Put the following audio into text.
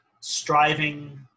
striving